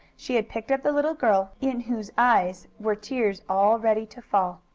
she had picked up the little girl, in whose eyes were tears all ready to fall.